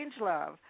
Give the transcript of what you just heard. Strangelove